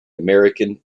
american